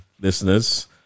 listeners